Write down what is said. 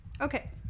okay